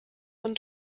von